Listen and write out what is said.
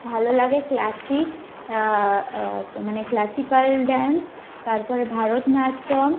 ভালো লাগে ক্লাসিক মানে ক্ল্যাসিক্যাল ডান্স তার পরে ভারতনাট্যম